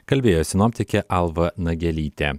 kalbėjo sinoptikė alva nagelytė